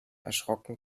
erschrocken